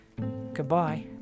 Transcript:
goodbye